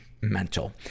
mental